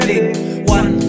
One